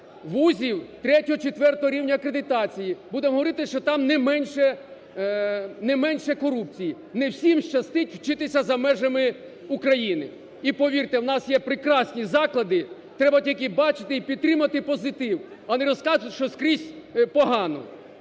вузів ІІІ-IV рівня акредитації, будемо говорити, що там не менше корупції. Не всім щастить вчитися за межами України. І, повірте, в нас є прекрасні заклади, треба тільки бачити і підтримати позитив, а не розказувати, що скрізь погано.